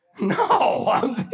No